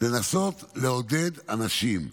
לנסות לעודד אנשים.